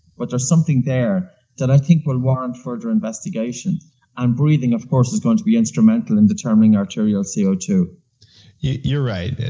but there's something there that i think will warrant further investigation and breathing, of course, is going to be instrumental in determining arterial c o two point you're right.